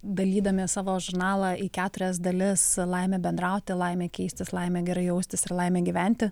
dalydami savo žurnalą į keturias dalis laimė bendrauti laimė keistis laimė gerai jaustis ir laimė gyventi